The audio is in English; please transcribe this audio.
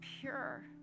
pure